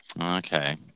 Okay